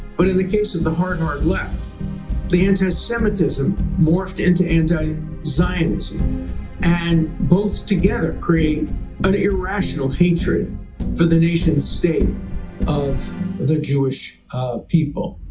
but in the case of the hard hard left the anti-semitism morphed into anti zionism and both together create an irrational hatred for the nation state of the jewish people.